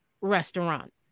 restaurant